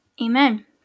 Amen